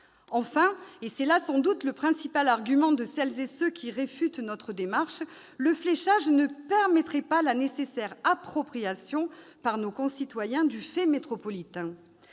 Enfin- et c'est là sans doute le principal argument de celles et de ceux qui réfutent notre démarche -, le fléchage ne permettrait pas la nécessaire appropriation par nos concitoyens du fait métropolitain.